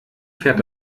fährt